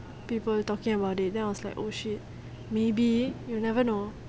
people talking about it then I was like oh shit maybe you'll never know